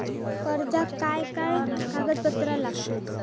कर्जाक काय काय कागदपत्रा लागतत?